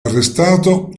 arrestato